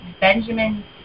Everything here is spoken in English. Benjamin